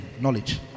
knowledge